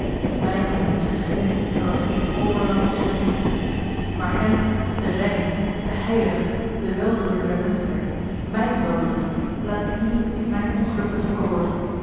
mij kan niets geschieden dan hetgeen overlang is verdiend maar hem den reine den heilige den weldoener der menschheid mijn weldoener laat dien niet in mijn ongeluk betrokken worden